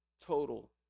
total